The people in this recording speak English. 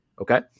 okay